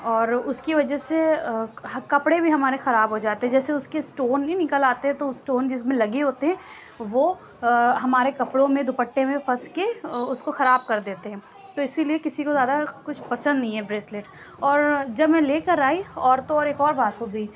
اور اُس کی وجہ سے کپڑے بھی ہمارے خراب ہوجاتے جیسے اُس کے اسٹون نہیں نکل آتے تو اسٹون جس میں لگے ہوتے ہیں وہ ہمارے کپڑوں میں دوپٹے میں پھنس کے اُس کو خراب کر دیتے ہیں تو اِسی لیے کسی کو زیادہ کچھ پسند نہیں ہے بریسلیٹ اور جب میں لے کر آئی اور تو اور ایک اور بات ہوگئی